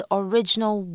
original